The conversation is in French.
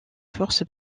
forces